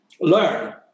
learn